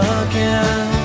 again